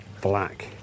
black